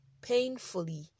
painfully